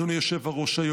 אדוני היושב-ראש,